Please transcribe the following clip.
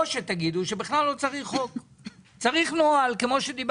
אלא צריך נוהל.